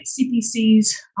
CPC's